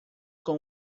com